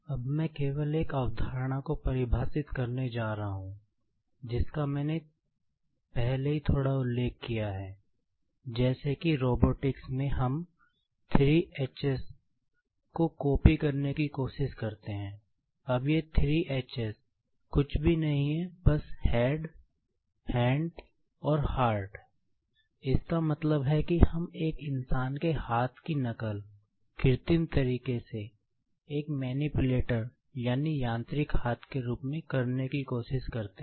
अब मैं केवल एक अवधारणा को परिभाषित करने जा रहा हूं जिसका मैंने पहले ही थोड़ा उल्लेख किया है जैसे कि रोबोटिक्स यानी यांत्रिक हाथ के रूप में करने की कोशिश करते हैं